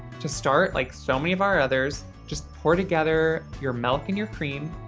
to start, like so many of our others, just pour together your milk and your cream,